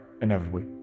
Inevitably